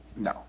No